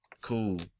Cool